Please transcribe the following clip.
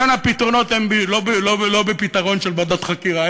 לכן הפתרונות הם לא בוועדת חקירה,